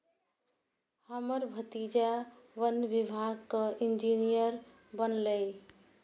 हमर भतीजा वन विभागक इंजीनियर बनलैए